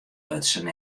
lutsen